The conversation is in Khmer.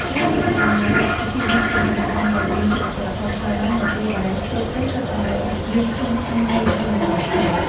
ការប្រារព្ធពិធីបុណ្យភ្ជុំបិណ្ឌនឹងកាន់តែមានភាពអធិកអធមខ្លាំងឡើងនៅពេលដែលគ្រប់ផ្ទះសុទ្ធតែមានក្លិនឈ្ងុយនៃនំអន្សមខ្មែរ។